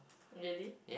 really